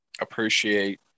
appreciate